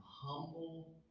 humble